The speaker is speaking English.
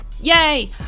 Yay